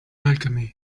alchemy